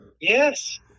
Yes